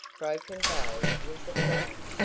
broken bow was afraid.